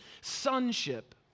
sonship